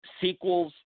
Sequels